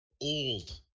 old